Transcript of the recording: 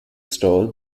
stall